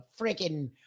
freaking